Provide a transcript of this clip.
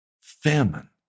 famine